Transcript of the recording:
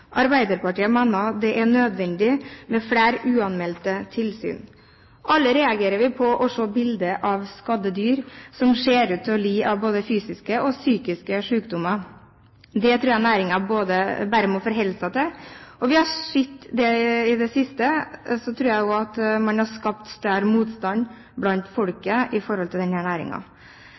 Arbeiderpartiet mener det er nødvendig med flere uanmeldte tilsyn. Alle reagerer vi på å se bilder av skadde dyr, som ser ut til å lide av både fysiske og psykiske sykdommer. Det tror jeg næringen bare må forholde seg til. Det vi har sett i det siste, tror jeg har skapt større motstand mot denne næringen blant